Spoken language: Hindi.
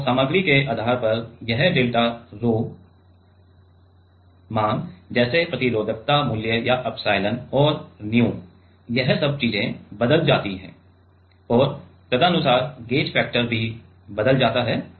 और सामग्री के आधार पर यह डेल्टा रोह 𝛒 मान जैसे प्रतिरोधकता मूल्य या एप्सिलॉन और nu यह सब चीजें बदल जाती हैं और तदनुसार गेज फैक्टर भी बदल जाता है